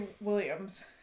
Williams